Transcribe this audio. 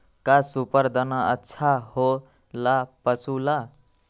का सुपर दाना अच्छा हो ला पशु ला?